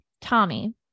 Tommy